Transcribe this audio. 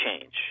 change